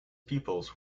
pupils